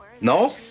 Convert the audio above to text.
No